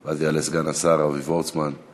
ואז יעלה סגן השר אבי וורצמן,